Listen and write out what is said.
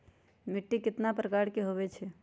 मिट्टी कतना प्रकार के होवैछे?